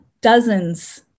dozens